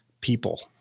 people